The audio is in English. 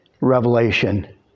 revelation